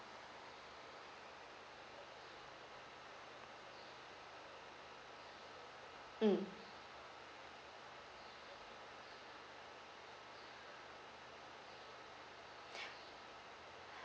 mm